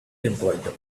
employed